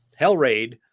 Hellraid